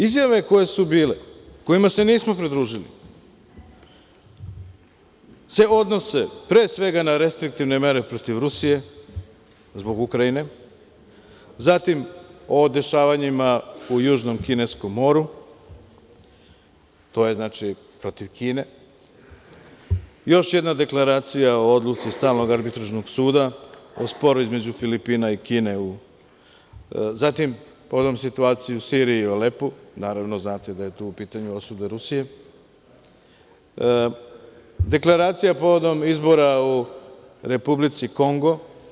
Izjave koje su bile, kojima se nismo pridružili se odnose, pre svega, na restriktivne mere protiv Rusije, zbog Ukrajine, zatim o dešavanjima u južnom kineskom moru, to je protiv Kine, još jedna dekleracija o odluci stalnog arbitražnog suda, o sporu između Filipina i Kine, zatim povodom situacije u Siriji u Alepu, naravno, znate da je tu u pitanju osuda Rusije, dekleracija povodom izbora u Republici Kongo.